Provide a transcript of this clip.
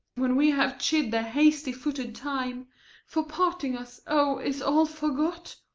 when we have chid the hasty-footed time for parting us o, is all forgot?